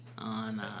On